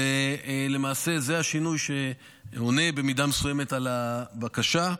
למעשה, זה שינוי שעונה במידה מסוימת על הבקשה.